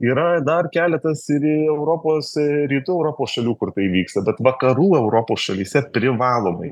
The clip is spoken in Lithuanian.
yra dar keletas ir ir europos rytų europos šalių kur tai vyksta bet vakarų europos šalyse privalomai